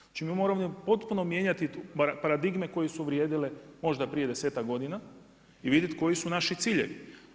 Znači mi moramo ovdje potpuno mijenjati paradigme koje su vrijedile možda prije 10-ak godina i vidjeti koji su naši ciljevi.